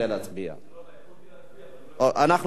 לא, רציתי להצביע, אבל, אנחנו עוברים לסדר-היום.